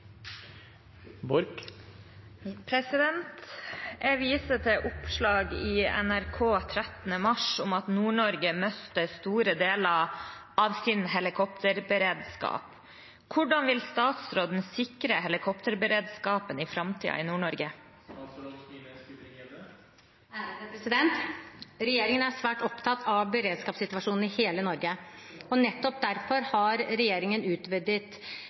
til oppslag i NRK 13. mars om at Nord-Norge mister store deler av sin helikopterberedskap. Hvordan vil statsråden sikre helikopterberedskapen i Nord-Norge?» Regjeringen er svært opptatt av beredskapssituasjonen i hele Norge. Nettopp derfor har regjeringen utvidet